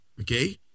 Okay